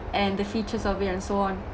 and the features of it and so on